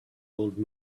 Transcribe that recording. old